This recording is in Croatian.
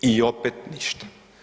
I opet ništa.